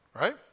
Right